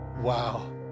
wow